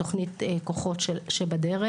בתוכנית כוחות שבדרך.